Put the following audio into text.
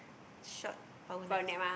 short power nap